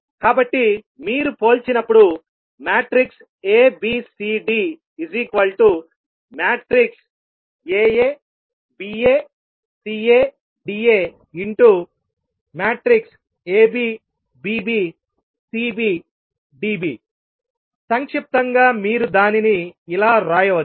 కాబట్టి మీరు పోల్చినప్పుడు A B C D Aa Ba Ca Da Ab Bb Cb Db సంక్షిప్తంగా మీరు దానిని ఇలా వ్రాయవచ్చు